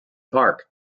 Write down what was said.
park